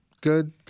good –